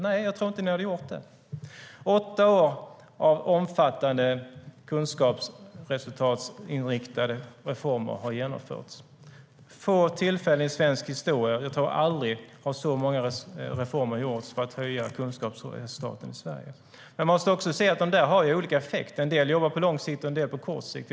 Nej, jag tror inte att ni hade gjort det. Åtta år av omfattande kunskapsresultatsinriktade reformer har genomförts. Vid få tillfällen i svensk historia - jag tror aldrig - har så många reformer gjorts för att höja kunskapsresultaten i Sverige. Man ska också se att de har olika effekt. En del jobbar på lång sikt och en del på kort sikt.